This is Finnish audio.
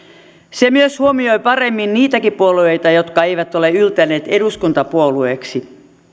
se myös huomioi paremmin niitäkin puolueita jotka eivät ole yltäneet eduskuntapuolueiksi